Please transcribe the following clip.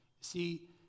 See